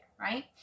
right